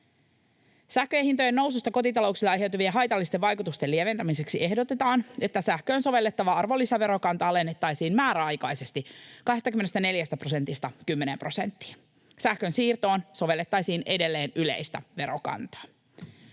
Sähkön hintojen noususta kotitalouksille aiheutuvien haitallisten vaikutusten lieventämiseksi ehdotetaan, että sähköön sovellettava arvonlisäverokanta alennettaisiin määräaikaisesti 24 prosentista kymmeneen prosenttiin. Sähkönsiirtoon sovellettaisiin edelleen yleistä verokantaa.